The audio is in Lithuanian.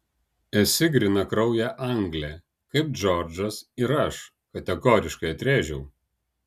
esi grynakraujė anglė kaip džordžas ir aš kategoriškai atrėžiau